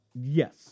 Yes